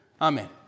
Amen